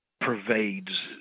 pervades